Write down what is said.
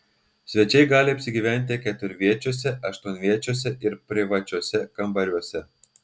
svečiai gali apsigyventi keturviečiuose aštuonviečiuose ir privačiuose kambariuose